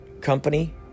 company